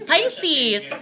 Pisces